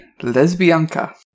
lesbianka